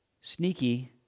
Sneaky